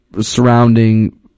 surrounding